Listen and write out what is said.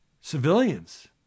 civilians